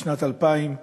משנת 2000,